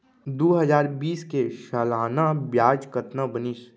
दू हजार बीस के सालाना ब्याज कतना बनिस?